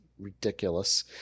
Ridiculous